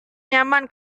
nyaman